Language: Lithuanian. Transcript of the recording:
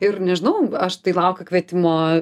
ir nežinau aš tai laukiu kvietimo